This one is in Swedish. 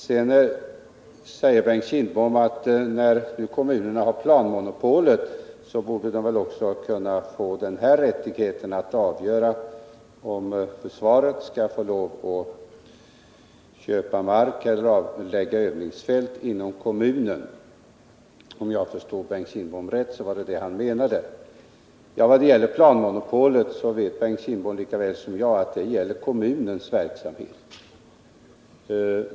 Bengt Kindbom sade också — om jag förstod honom rätt — att eftersom kommunerna har planmonopolet borde de också kunna få rättigheten att avgöra om försvaret skall få lov att köpa mark eller anlägga övningsfält inom kommunen. Bengt Kindbom vet lika väl som jag att planmonopolet gäller kommunens verksamhet.